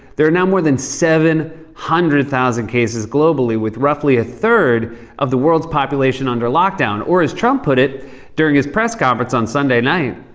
there are now more than seven hundred thousand cases globally with roughly a third of the world's population under lockdown, or as trump put it during his press conference on sunday night.